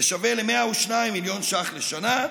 זה שווה ל-102 מיליון שקלים לשנה.